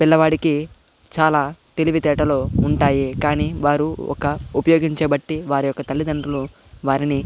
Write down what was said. పిల్లవాడికి చాలా తెలివితేటలు ఉంటాయి కానీ వారు ఒక ఉపయోగించబట్టి వారి యొక్క తల్లిదండ్రులు వారిని